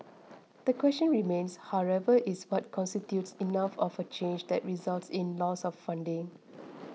the question remains however is what constitutes enough of a change that results in loss of funding